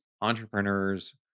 entrepreneurs